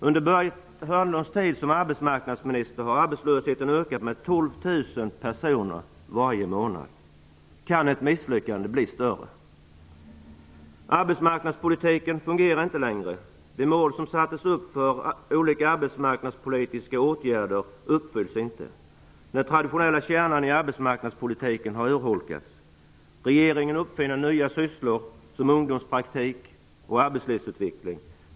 Under Börje Hörnlunds tid som arbetsmarknadsminister har arbetslösheten ökat med 12 000 personer varje månad. Kan ett misslyckande bli större? Den traditionella kärnan i arbetsmarknadspolitiken har urholkats. Regeringen uppfinner nya sysslor som t.ex. ungdomspraktik och arbetslivsutveckling.